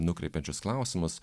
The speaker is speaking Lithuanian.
nukreipiančius klausimus